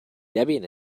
debian